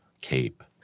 cape